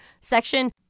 section